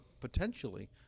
potentially